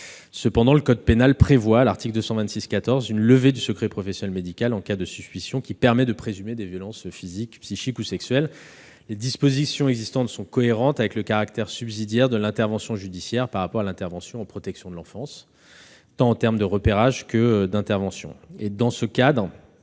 226-14 du code pénal prévoit une levée du secret professionnel médical en cas de suspicion permettant de présumer des violences physiques, psychiques ou sexuelles. Les dispositions existantes sont cohérentes avec le caractère subsidiaire de l'intervention judiciaire par rapport à la protection de l'enfance, tant en termes de repérage que d'intervention. Dans ce cadre,